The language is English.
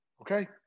Okay